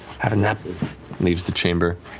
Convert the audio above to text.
have a nap, and leaves the chamber.